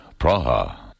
Praha